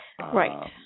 Right